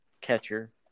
catcher